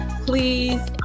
Please